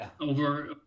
over